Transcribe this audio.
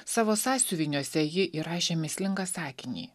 savo sąsiuviniuose ji įrašė mįslingą sakinį